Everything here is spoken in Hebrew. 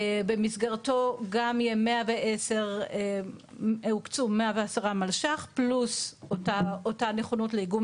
במסגרתו גם הוקצו 110 מלש"ח פלוס אותה נכונות לאיגום